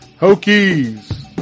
Hokies